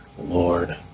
Lord